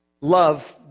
love